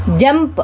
jump